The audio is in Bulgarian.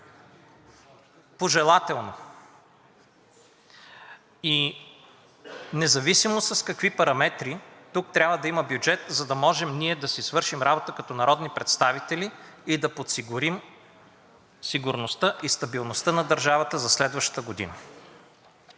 пожелателно и независимо с какви параметри, тук трябва да има бюджет, за да можем ние да си свършим работата като народни представители и да подсигурим сигурността и стабилността на държавата за следващата година.